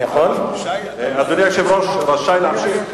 אדוני היושב-ראש רשאי להמשיך,